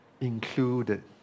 included